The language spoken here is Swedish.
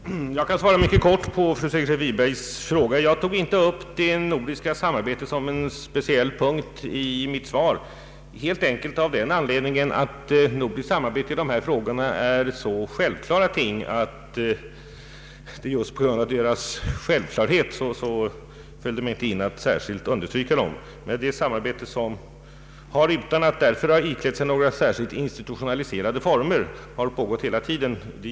Herr talman! Jag kan svara mycket kort på fru Segerstedt Wibergs fråga. Jag tog inte upp det nordiska samarbetet som en speciell punkt i mitt svar helt enkelt av den anledningen att nordiskt samarbete i dessa frågor är så självklart, att det just på grund av dess självklarhet inte föll mig in att understryka det. Men det samarbete som finns har, utan att därför ha antagit några särskilda institutionaliserade former, pågått hela tiden.